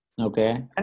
Okay